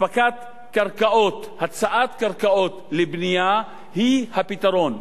אספקת קרקעות, הצעת קרקעות לבנייה, היא הפתרון.